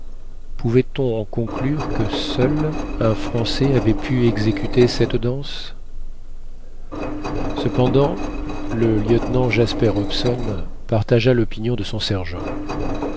pouvait-on en conclure que seul un français avait pu exécuter cette danse cependant le lieutenant jasper hobson partagea l'opinion de son sergent